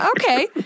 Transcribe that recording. Okay